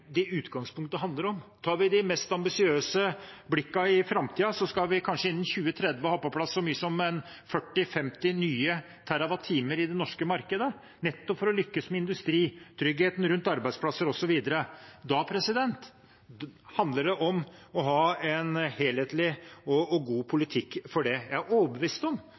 Det er det det i utgangspunktet handler om. Tar vi de mest ambisiøse blikkene på framtiden, skal vi kanskje innen 2030 ha på plass så mye som 40–50 nye TWh i det norske markedet, nettopp for å lykkes med industri, tryggheten rundt arbeidsplasser, osv. Da handler det om å ha en helhetlig og god politikk for det. Jeg er overbevist om